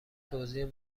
توزیع